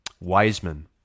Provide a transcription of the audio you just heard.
Wiseman